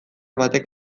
batek